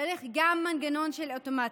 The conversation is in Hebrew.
צריך גם מנגנון של אוטומציה.